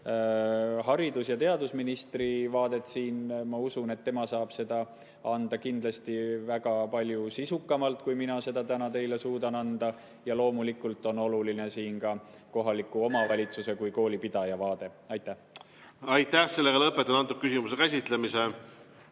haridus‑ ja teadusministri vaadet, siis ma usun, et tema saab seda anda kindlasti väga palju sisukamalt, kui mina seda täna suudan. Loomulikult on oluline ka kohaliku omavalitsuse kui koolipidaja vaade. Aitäh! Lõpetan selle küsimuse käsitlemise.